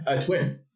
Twins